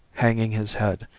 hanging his head,